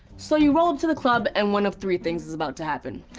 so you roll up to the club and one of three things is about to happen.